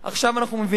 עכשיו אנחנו מבינים,